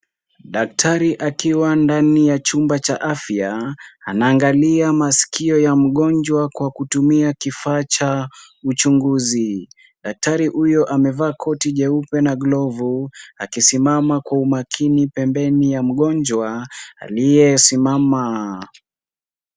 Daktari akiwa ndani ya chumba cha afya, anaangalia masikio ya mgonjwa kwa kutumia kifaa cha uchunguzi. Daktari huyo amevaa koti jeupe na glovu, akisimama kwa umakini pembeni ya mgonjwa aliyesimama.